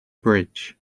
bridge